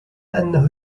انه